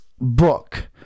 book